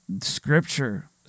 Scripture